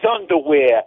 underwear